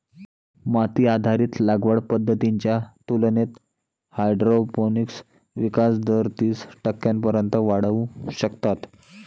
माती आधारित लागवड पद्धतींच्या तुलनेत हायड्रोपोनिक्सचा विकास दर तीस टक्क्यांपर्यंत वाढवू शकतात